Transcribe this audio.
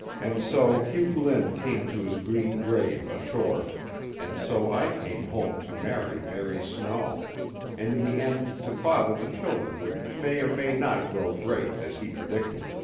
and so hugh glynn came to his green grave ashore and so i came home to marry mary snow and in the end to father the children which may or may not grow great as he predicted.